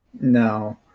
No